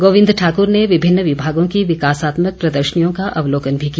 गोविंद ठाकर ने विभिन्न विभागों की विकासात्मक प्रदर्शनियों का अवलोकन भी किया